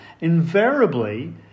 invariably